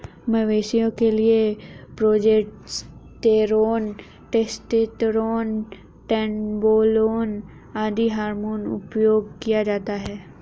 मवेशियों के लिए प्रोजेस्टेरोन, टेस्टोस्टेरोन, ट्रेनबोलोन आदि हार्मोन उपयोग किया जाता है